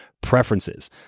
preferences